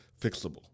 fixable